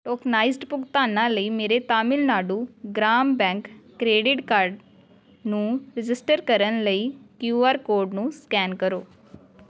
tokenized ਭੁਗਤਾਨਾਂ ਲਈ ਮੇਰੇ Tamil Nadu gram bank credit card ਨੂੰ ਰਜਿਸਟਰ ਕਰਨ ਲਈ ਕਿਯੂ ਆਰ ਕੋਡ ਨੂੰ ਸਕੈਨ ਕਰੋ